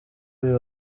uyu